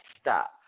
stop